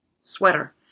sweater